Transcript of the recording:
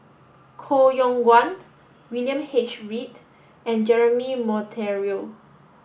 Koh Yong Guan William H Read and Jeremy Monteiro